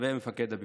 וצווי מפקד הפיקוד,